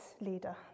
leader